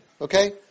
Okay